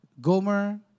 Gomer